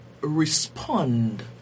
respond